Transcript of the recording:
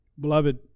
Beloved